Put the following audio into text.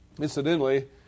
Incidentally